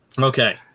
Okay